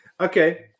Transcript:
Okay